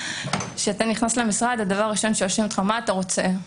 כשאתה נכנס למשרד הדבר הראשון ששואלים אותך: מה אתה רוצה?